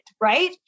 Right